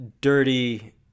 dirty